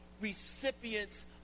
recipients